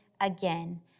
again